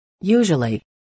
Usually